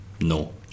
No